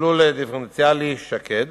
שקלול דיפרנציאלי, שק"ד.